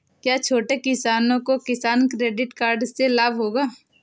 क्या छोटे किसानों को किसान क्रेडिट कार्ड से लाभ होगा?